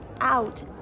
out